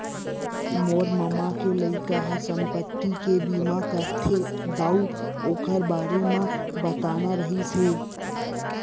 मोर ममा के लइका ह संपत्ति के बीमा करथे दाऊ,, ओकरे बारे म बताना रहिस हे